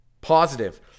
positive